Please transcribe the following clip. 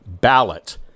ballot